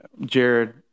Jared